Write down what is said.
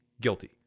guilty